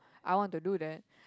I want to do that